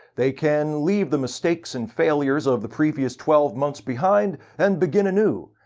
they can leave the mistakes and failures of the previous twelve months behind and begin anew.